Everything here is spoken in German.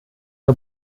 der